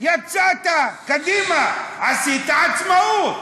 יצאת, קדימה, עשית עצמאות.